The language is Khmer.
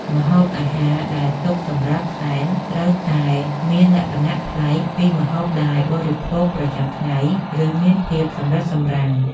ម្ហូបអាហារដែលទុកសម្រាប់សែនត្រូវតែមានលក្ខណៈប្លែកពីម្ហូបដែលបរិភោគប្រចាំថ្ងៃ ឬមានភាពសម្រិតសម្រាំង។